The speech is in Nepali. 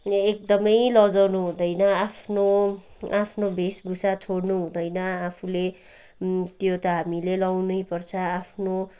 एकदमै लजाउनु हुँदैन आफ्नो आफ्नो वेशभूषा छोड्नु हुँदैन आफूले त्यो त हामीले लाउनैपर्छ आफ्नो